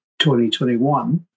2021